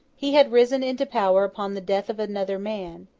he had risen into power upon the death of another man,